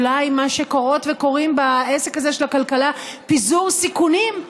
אולי מה שקוראות וקוראים בעסק הזה של הכלכלה פיזור סיכונים,